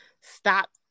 Stop